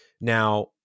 Now